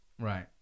Right